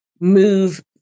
move